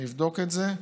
אני אבדוק את זה.